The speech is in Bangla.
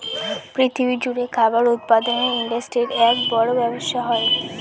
পৃথিবী জুড়ে খাবার উৎপাদনের ইন্ডাস্ট্রির এক বড় ব্যবসা হয়